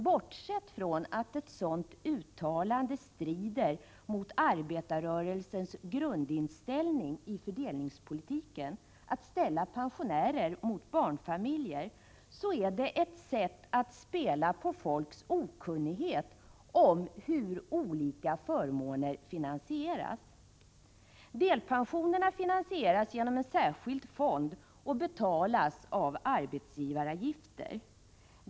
Bortsett från att ett sådant uttalande — att ställa pensionärerna mot barnfamiljerna — strider mot arbetarrörelsens grundinställning i fördelningspolitiken, är det ett sätt att spela på folks okunnighet om hur olika förmåner finansieras. Delpensionerna finansieras genom en särskild fond och betalas av arbetsgivaravgifter.